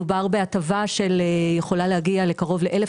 מדובר בהטבה שיכולה להגיע קרוב ל-1,000